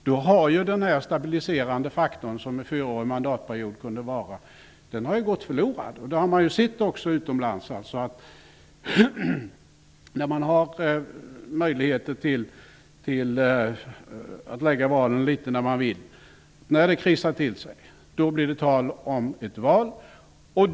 Då har ju den stabiliserande faktor som en fyraårig mandatperiod kunde vara gått förlorad. Detta har visat sig utomlands. När det finns möjlighet att lägga valen när som helst kan det bli tal om val när det krisar till sig.